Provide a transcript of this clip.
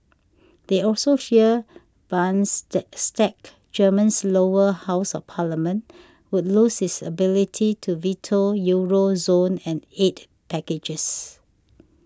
they also fear bonds stay stack Germany's lower house of parliament would lose its ability to veto Euro zone and aid packages